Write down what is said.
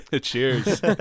Cheers